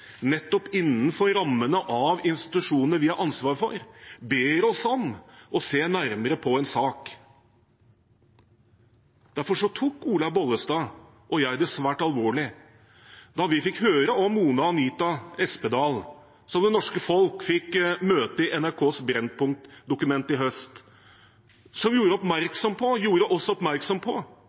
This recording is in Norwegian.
nettopp innenfor rammene av institusjoner vi har ansvar for, ber oss om å se nærmere på en sak. Derfor tok Olaug V. Bollestad og jeg det svært alvorlig da vi fikk høre om Mona Anita Espedal, som det norske folk fikk møte i NRKs Brennpunkt-dokumentar i høst, som gjorde oss oppmerksom på